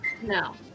No